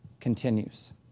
continues